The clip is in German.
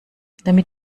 damit